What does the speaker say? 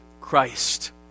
Christ